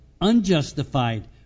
unjustified